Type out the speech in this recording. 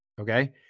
Okay